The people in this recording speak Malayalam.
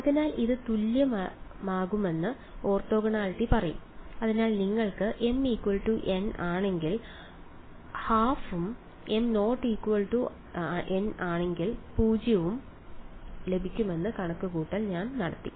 അതിനാൽ ഇത് തുല്യമാകുമെന്ന് ഓർത്തോഗണാലിറ്റി പറയും അതിനാൽ നിങ്ങൾക്ക് mn ആണെങ്കിൽ l2 ഉം m⧧n ആണെങ്കിൽ 0 ഉം ലഭിക്കുമെന്ന കണക്കുകൂട്ടൽ ഞാൻ നടത്തി